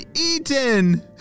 eaten